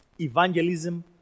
evangelism